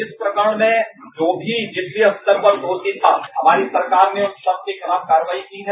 इस प्रकरण में जो भी जिस स्तर पर दोषी था हमारी सरकार ने उन सबके खिलाफ कार्रवाई की है